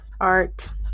Art